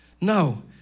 No